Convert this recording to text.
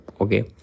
okay